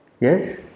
yes